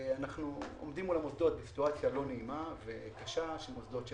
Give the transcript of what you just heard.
אנחנו עומדים מול המוסדות בסיטואציה לא קשה של מוסדות שפועלים,